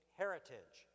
heritage